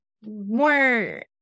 more